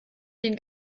den